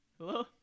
Hello